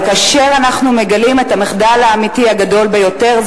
אבל כאשר אנחנו מגלים את המחדל האמיתי הגדול ביותר,